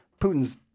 Putin's